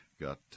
got